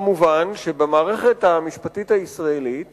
כמובן שבמערכת המשפטית הישראלית